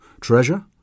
Treasure